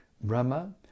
Brahma